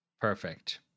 perfect